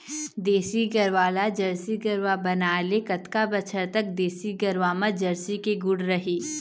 देसी गरवा ला जरसी गरवा बनाए ले कतका बछर तक देसी गरवा मा जरसी के गुण रही?